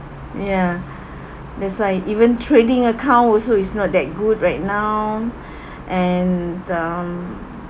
ya that's why even trading account also is not that good right now and um